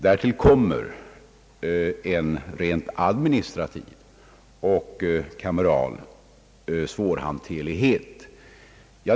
Därtill kommer en rent administrativ och kameral svårhanterlighet.